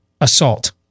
assault